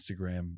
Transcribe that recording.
Instagram